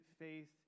faith